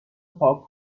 پاک